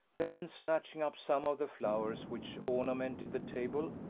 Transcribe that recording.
then snatching up some of the flowers, which ornamented the table,